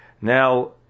Now